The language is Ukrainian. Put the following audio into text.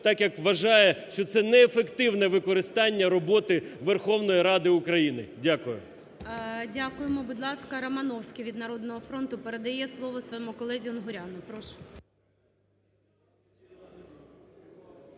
так як вважає, що це неефективне використання роботи Верховної Ради України. Дякую. ГОЛОВУЮЧИЙ. Дякуємо. Будь ласка, Романовський від "Народного фронту" передає слово своєму колезі Унгуряну. Прошу.